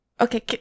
Okay